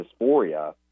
dysphoria